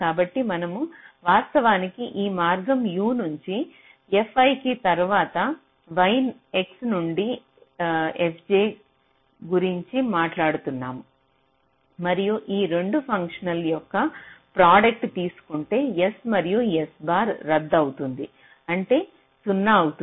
కాబట్టి మనము వాస్తవానికి ఈ మార్గం u నుంచి fi కి తర్వాత y x నుండి fj గురించి మాట్లాడుతున్నాము మరియు ఈ 2 ఫంక్షన్ల యొక్క ప్రోడక్ట్ తీసు కుంటే s మరియు s బార్ రద్దు అవుతుందని అంటే 0 అవుతుంది